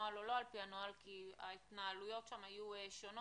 הנוהל או לא כי ההתנהלויות שם היו שונות,